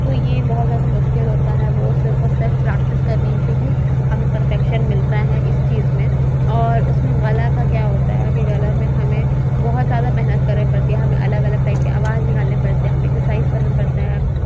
تو یہ بہت زیادہ مشکل ہوتا ہے وہ صرف اور صرف پریکٹس کرنے سے ہی ہمیں پرفیکشن ملتا ہے اس چیز میں اور اس میں گلا کا کیا ہوتا ہے کہ گلا میں ہمیں بہت زیادہ محنت کرنی پڑتی ہے ہمیں الگ الگ ٹائپ کی آواز نکالنے پڑتے ہیں ہمیں اکسرسائز کرنا پڑتا ہے